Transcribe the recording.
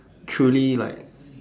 truly like